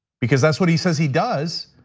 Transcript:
because that's what he says he does,